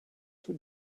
two